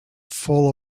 full